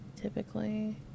typically